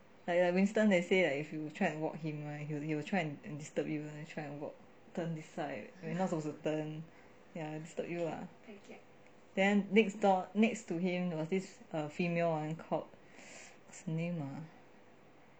like ya winston they say like if you try and walk him right he will he will try and disturb you and try and walk turn this side when you are not supposed to turn ya disturb you lah then next door next to him was this a female one called what's the name ah